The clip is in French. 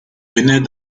venait